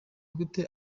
gute